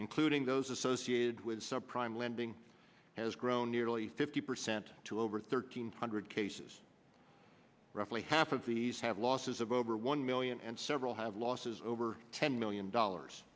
including those associated with subprime lending has grown nearly fifty percent to over thirteen hundred cases roughly half of these have losses of over one million and several have losses over ten million dollars